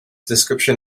description